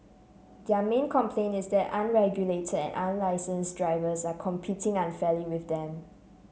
their main complaint is that unregulated and unlicense drivers are competing unfairly with them